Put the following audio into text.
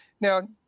Now